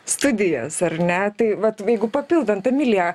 studijas ar ne tai vat jeigu papildant emiliją